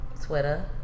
Twitter